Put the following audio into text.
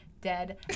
Dead